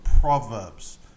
proverbs